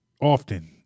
Often